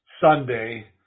Sunday